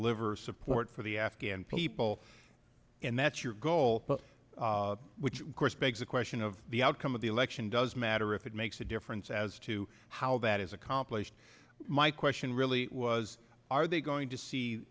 live or support for the afghan people and that's your goal which of course begs the question of the outcome of the election does matter if it makes a difference as to how that is accomplished my question really was are they going to see